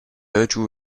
virtual